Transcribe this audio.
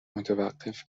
متوقف